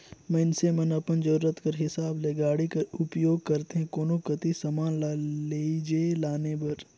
मइनसे मन अपन जरूरत कर हिसाब ले गाड़ी कर उपियोग करथे कोनो कती समान ल लेइजे लाने बर